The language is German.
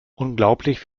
unglaublich